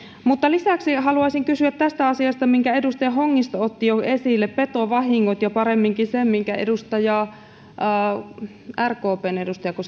mutta lisäksi haluaisin kysyä tästä asiasta minkä edustaja hongisto otti jo esille petovahingot ja paremminkin sen minkä edustaja otti esille rkpn edustajako